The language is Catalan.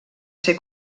ser